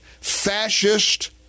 fascist